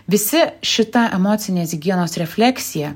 visi šita emocinės higienos refleksija